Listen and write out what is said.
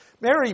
Mary